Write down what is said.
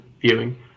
viewing